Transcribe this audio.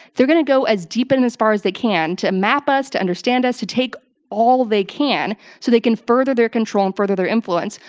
they're gonna go as deep and as far as they can to map us, to understand us, to take all they can so they can further their control and further their influence.